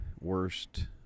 worst